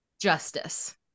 justice